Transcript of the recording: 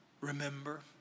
remember